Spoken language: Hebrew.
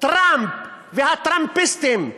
טראמפ והטראמפיסטים.